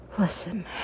Listen